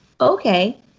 okay